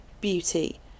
beauty